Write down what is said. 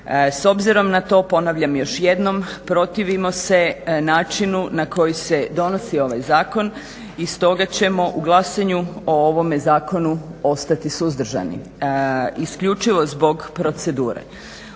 S obzirom na to, ponavljam još jednom, protivimo se načinu na koji se donosi ovaj zakon i stoga ćemo u glasanju o ovome zakonu ostati suzdržani isključivo zbog procedure.